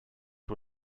who